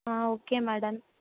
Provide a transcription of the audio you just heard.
ah okay madam